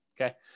Okay